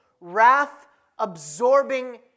wrath-absorbing